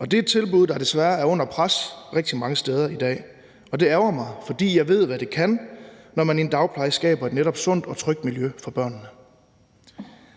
det er et tilbud, der desværre er under pres rigtig mange steder i dag. Det ærgrer mig, fordi jeg ved, hvad det kan, når man i en dagpleje skaber et netop sundt og trygt miljø for børnene.